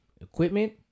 equipment